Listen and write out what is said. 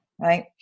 right